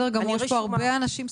יש פה הרבה אנשים.